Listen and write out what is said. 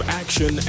action